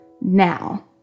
now